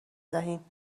دهیم